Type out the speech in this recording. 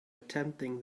attempting